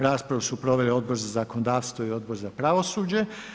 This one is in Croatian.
Raspravu su proveli Odbor za zakonodavstvo i Odbor za pravosuđe.